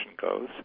goes